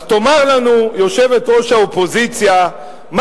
אז תאמר לנו יושבת-ראש האופוזיציה מה